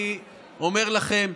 אני אומר לכם,